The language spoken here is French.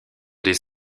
des